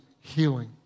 healing